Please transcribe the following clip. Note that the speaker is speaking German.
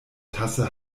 tasse